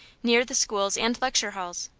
near the schools and lecture halls.